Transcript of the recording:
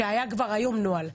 ושהיה כבר היום נוהל.